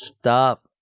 Stop